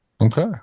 okay